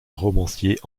romancier